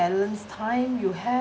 balance time you have